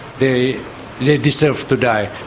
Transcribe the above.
they they deserve to die.